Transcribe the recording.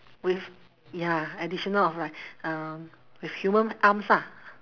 with ya additional of like um with human arms ah